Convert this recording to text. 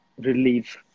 relief